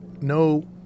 no